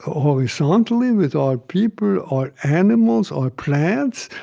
ah horizontally, with our people, our animals, our plants,